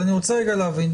אני רוצה להבין,